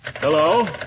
Hello